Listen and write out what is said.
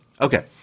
Okay